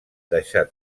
deixar